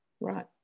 Right